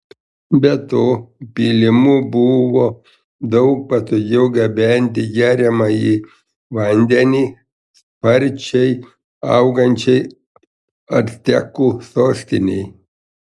be to pylimu buvo daug patogiau gabenti geriamąjį vandenį sparčiai augančiai actekų sostinei